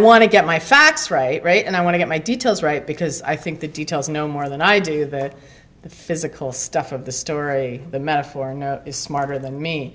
want to get my facts right right and i want to get my details right because i think the details know more than i do that the physical stuff of the story the metaphor is smarter than me